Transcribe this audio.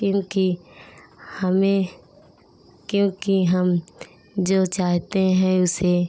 क्योंकि हमें क्योंकि हम जो चाहते हैं उसे